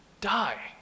die